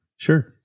Sure